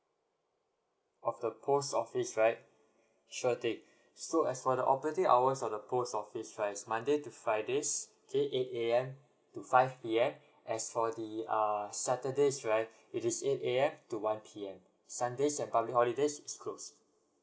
of the post office right sure thing so as for the operating hours of the post office right is monday to fridays eight A_M to five P_M as for the uh saturdays right which is eight A_M to one P_M sundays and public holidays is closed